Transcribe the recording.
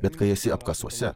bet kai esi apkasuose